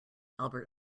albert